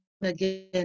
again